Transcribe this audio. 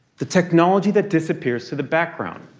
the technology that disappears to the background.